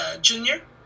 junior